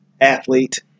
athlete